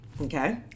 Okay